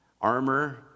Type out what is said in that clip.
armor